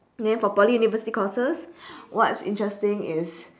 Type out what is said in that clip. then for poly university courses what's interesting is